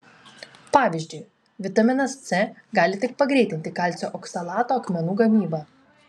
pavyzdžiui vitaminas c gali tik pagreitinti kalcio oksalato akmenų gamybą